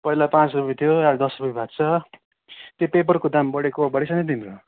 पहिला पाँच रुप्पे थियो अहिले दस रुप्पे भएको छ त्यो पेपरको दाम बढेको बढेको छ नि तिम्रो